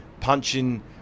punching